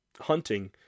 hunting